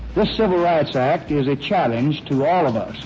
this civil rights act is a challenge to all of us